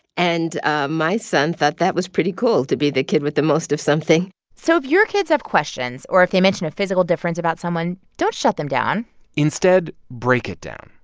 and ah my son thought that was pretty cool to be the kid with the most of something so if your kids have questions or if they mention a physical difference about someone, don't shut them down instead, break it down.